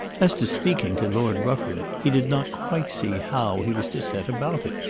as to speaking to lord rufford, he did not quite see how he was to set about it.